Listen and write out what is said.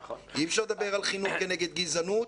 אי אפשר לדבר על חינוך כנגד גזענות.